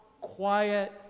quiet